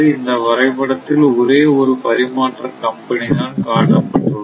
இந்த வரைபடத்தில் ஒரே ஒரு பரிமாற்ற கம்பெனிதான் காட்டப்பட்டுள்ளது